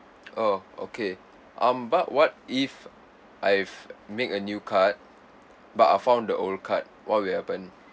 oh okay um but what if I've make a new card but I found the old card what will happen